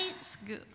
school